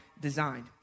designed